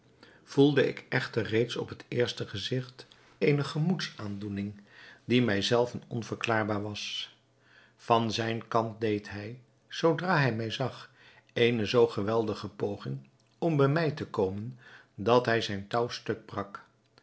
voelde ik echter reeds op het eerste gezigt eene gemoedsaandoening die mij zelven onverklaarbaar was van zijn kant deed hij zoodra hij mij zag eene zoo geweldige poging om bij mij te komen dat hij zijn touw stuk brak